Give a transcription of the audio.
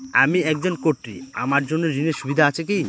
আমি একজন কট্টি আমার জন্য ঋণের সুবিধা আছে কি?